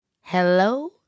Hello